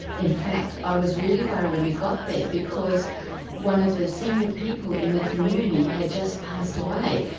in fact i was really worried when we got there, because one of the senior people in the community had just passed away.